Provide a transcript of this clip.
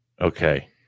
okay